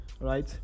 right